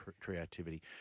creativity